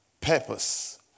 purpose